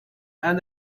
and